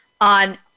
On